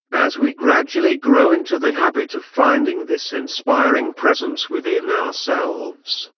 as we gradually grow into the habit of finding this inspiring presence within ourselves,